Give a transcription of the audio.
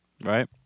Right